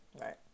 Right